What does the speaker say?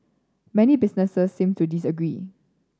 many businesses seem to disagree